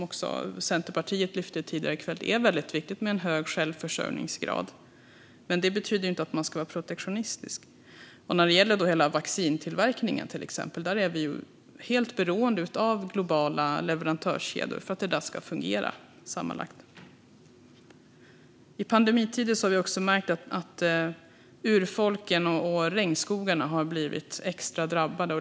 Centerpartiet lyfte tidigare i kväll upp att det är viktigt med en hög självförsörjningsgrad av livsmedel, men det betyder inte att man ska vara protektionistisk. När det gäller hela vaccintillverkningen är vi helt beroende av globala leverantörskedjor för att tillverkningen ska fungera. I pandemitider har vi märkt att urfolken och regnskogarna har blivit extra drabbade.